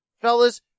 Fellas